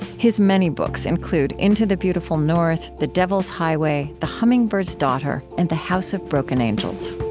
his many books include into the beautiful north, the devil's highway, the hummingbird's daughter, and the house of broken angels